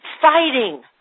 fighting